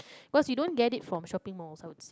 cause you don't get it from shopping malls I would